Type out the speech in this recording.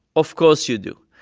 of course you do.